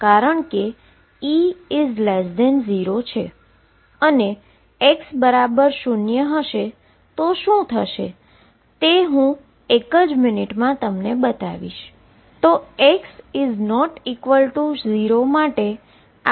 કારણ કે E 0 છે અને x 0 પર શું થશે તે હું તમને એક જ મિનિટમાં બતાવીશ